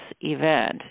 event